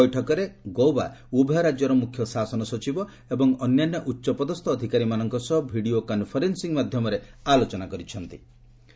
ବୈଠକରେ ଗୌବା ଉଭୟ ରାଜ୍ୟର ମ୍ରଖ୍ୟ ଶାସନ ସଚିବ ଏବଂ ଅନ୍ୟାନ୍ୟ ଉଚ୍ଚପଦସ୍ତୁ ଅଧିକାରୀମାନଙ୍କ ସହ ଭିଡିଓ କନ୍ଫରେନ୍ସିଂ ମାଧ୍ୟମରେ ଆଲୋଚନା କରିଚ୍ଛନ୍ତି